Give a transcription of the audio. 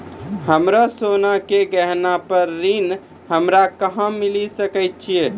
हमरो सोना के गहना पे ऋण हमरा कहां मिली सकै छै?